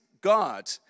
God